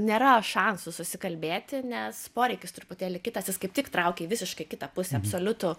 nėra šansų susikalbėti nes poreikis truputėlį kitas jis kaip tik traukė į visiškai kitą pusę absoliutų